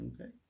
Okay